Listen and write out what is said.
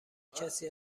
کسی